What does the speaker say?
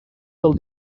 del